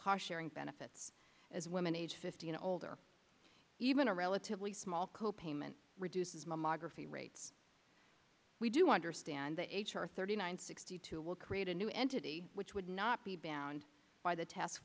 car sharing benefits as women age fifty and older even a relatively small co payment reduces mammography rates we do understand that h r thirty nine sixty two will create a new entity which would not be bound by the t